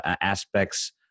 aspects